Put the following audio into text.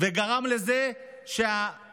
וגרם לזה שהמחאה,